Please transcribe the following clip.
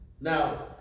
Now